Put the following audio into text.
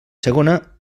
segona